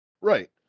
Right